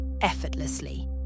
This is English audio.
effortlessly